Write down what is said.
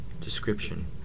Description